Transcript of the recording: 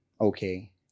okay